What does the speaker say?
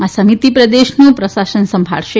આ સમિતિ પ્રદેશનું પ્રશાસન સંભાળશે